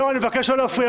לא, אני מבקש לא להפריע,